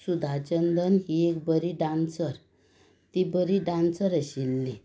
सुधा चंदन ही एक बरी डांसर एक बरी डांसर आशिल्ली